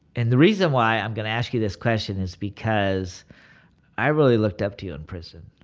and the reason why i'm gonna ask you this question is because i really looked up to you in prison.